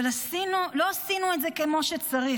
אבל לא עשינו את זה כמו שצריך.